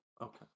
Okay